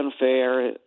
unfair